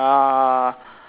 uh